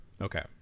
okay